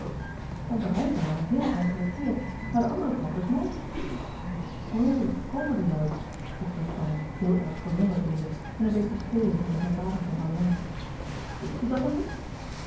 tante ruyvenaer een heel enkelen keer maar de andere tantes nooit o komen die nooit vroeg constance heel erg verwonderd doende en een beetje spelend met de verbazing van marianne wist u dat dan niet